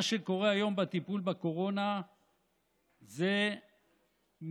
מה שקורה היום בטיפול בקורונה זה מילה